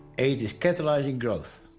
aid is catalyzing growth,